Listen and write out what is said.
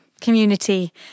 community